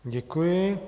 Děkuji.